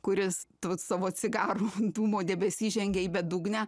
kuris tu savo cigarų dūmų debesy žengia į bedugnę